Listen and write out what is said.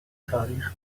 تاریخ